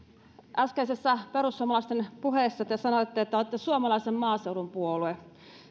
äskeisessä perussuomalaisten puheessa te sanoitte että olette suomalaisen maaseudun puolue